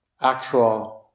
actual